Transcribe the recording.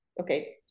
Okay